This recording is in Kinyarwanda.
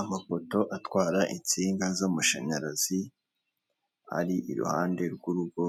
Amapoto atwara insinga z'amashanyarazi, ari iruhande rw'urugo